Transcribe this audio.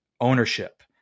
ownership